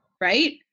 right